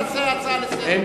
תעשה הצעה לסדר-היום.